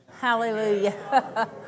hallelujah